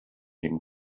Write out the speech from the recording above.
dem